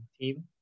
team